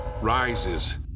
rises